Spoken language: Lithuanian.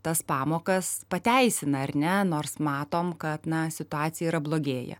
tas pamokas pateisina ar ne nors matom kad na situacija yra blogėja